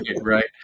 Right